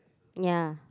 ya